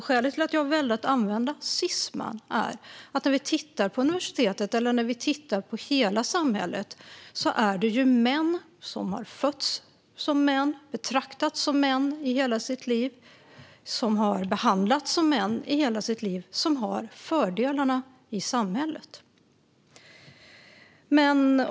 Skälet till att jag valde att använda cisman är att när vi tittar på universitetet, eller hela samhället, ser vi att det är män som har fötts som män, betraktats som män och behandlats som män i hela sitt liv som har fördelarna i samhället.